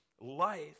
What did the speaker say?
life